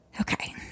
Okay